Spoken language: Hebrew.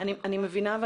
אני מבינה.